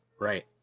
Right